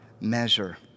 measure